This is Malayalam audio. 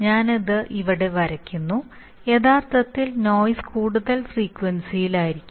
ഞാനിത് ഇവിടെ വരയ്ക്കുന്നു യഥാർത്ഥത്തിൽ നോയിസ് കൂടുതൽ ഫ്രീക്വൻസിലായിരിക്കും